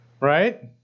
right